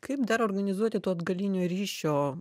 kaip dar organizuoti to atgalinio ryšio